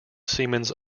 siemens